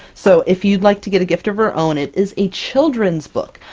so if you'd like to get a gift of her own, it is a children's book.